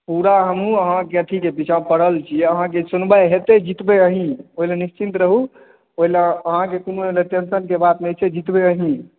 पूरा हमहूँ अहाँके अथी के पीछा परल छी अहाँ के सुनबाइ हेतै जीतबै अहीं अहाँ निश्चिन्त रहू एहिमे अहाँ के कोनो टेंशन के बात नहि छै जीतबै अहीं